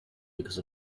because